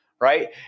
Right